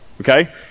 okay